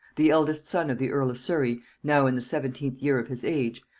the eldest son of the earl of surry, now in the seventeenth year of his age,